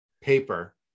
paper